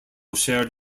shared